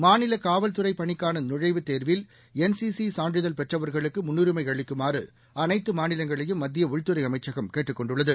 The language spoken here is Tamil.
மாநில காவல்துறை பணிக்கான நுழழவுத் தேர்வில் என்சிசி சான்றிதழ் பெற்றவர்களுக்கு முன்னுரிமை அளிக்குமாறு அனைத்து மாநிவங்களையும் மத்திய உள்துறை அமைச்சகம் கேட்டுக் கொண்டுள்ளது